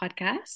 podcast